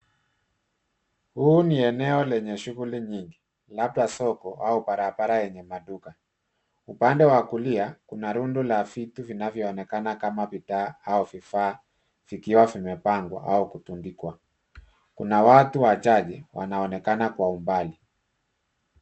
Huu ni eneo lenye shughuli nyingi labda soko au barabara lenye maduka, upande wa kulia kuna rundo la vitu vinavyo onekana kama bidhaa au vifaa vikiwa vimepangwa au kutundikwa. Kuna watu wachache wanaoenekana kwa umbali.